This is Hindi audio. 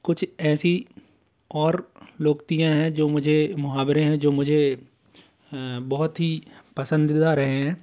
कुछ ऐसी और लोकोक्तियाँ हैं जो मुझे मुहावरे हैं जो मुझे बहुत ही पसंदीदा रहे हैं